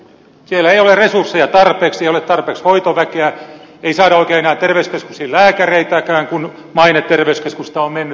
siellä ei ole resursseja tarpeeksi ei ole tarpeeksi hoitoväkeä ei saada oikein enää terveyskeskuksiin lääkäreitäkään kun maine terveyskeskuksista on mennyt